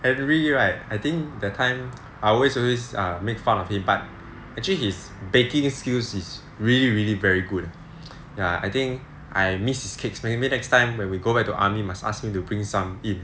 henry right I think that time I always always make fun of him but actually his baking skills is really really very good ya I think I miss his cakes maybe next time when we go back to army must ask him to bring some in